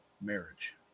marriage